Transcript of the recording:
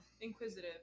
inquisitive